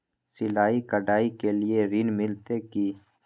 सिलाई, कढ़ाई के लिए ऋण मिलते की?